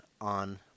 on